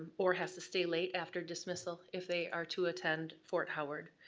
or has to stay late after dismissal if they are to attend fort howard.